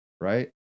right